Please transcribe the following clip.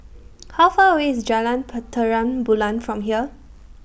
How Far away IS Jalan Terang Bulan from here